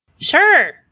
Sure